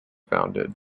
founded